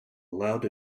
allowed